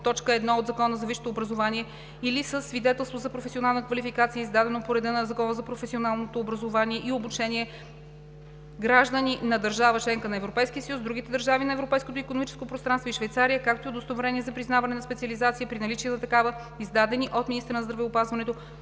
т. 1 от Закона за висшето образование или със свидетелство за професионална квалификация, издадено по реда на Закона за професионалното образование и обучение, граждани на държава – членка на Европейския съюз, другите държави от Европейското икономическо пространство и Швейцария, както и удостоверение за признаване на специализация, при наличие на такава, издадени от министъра на здравеопазването